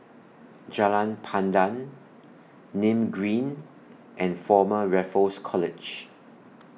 Jalan Pandan Nim Green and Former Raffles College